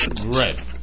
Right